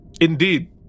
Indeed